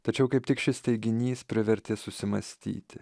tačiau kaip tik šis teiginys privertė susimąstyti